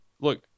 Look